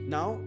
Now